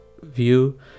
view